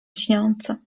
lśniące